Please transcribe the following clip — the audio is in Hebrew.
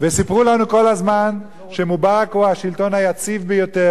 סיפרו לנו כל הזמן שמובארק הוא השלטון היציב ביותר,